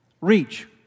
reach